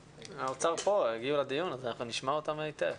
האוצר פה, הגיעו לדיון, אז נשמע אותם היטב.